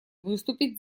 выступить